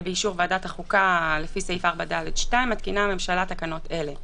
ובאישור ועדת החוקה לפי סעיף 4(ד)(2) מתקינה הממשלה תקנות אלה: